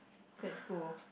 quit school